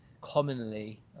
commonly